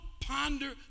ponder